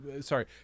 sorry